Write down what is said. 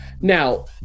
Now